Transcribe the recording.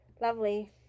lovely